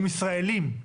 הם ישראלים.